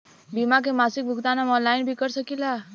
बीमा के मासिक भुगतान हम ऑनलाइन भी कर सकीला?